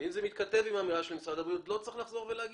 ואם זה מתכתב עם האמירה של משרד הבריאות לא צריך לחזור ולומר.